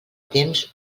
temps